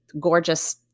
gorgeous